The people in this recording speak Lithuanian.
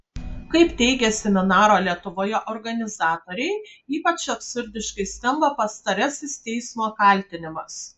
kaip teigė seminaro lietuvoje organizatoriai ypač absurdiškai skamba pastarasis teismo kaltinimas